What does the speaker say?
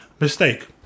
mistake